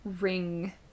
ring